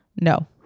No